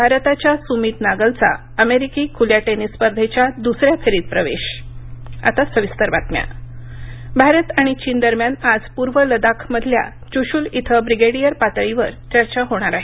भारताच्या सुमित नागलचा अमेरिकी खुल्या टेनिस स्पर्धेच्या दुसऱ्या फेरीत प्रवेश आता सविस्तर बातम्या भारत चीन भारत आणि चीन दरम्यान आज पूर्व लदाख मधल्या चुशूल इथ ब्रिगेडियर पातळीवर चर्चा होणार आहे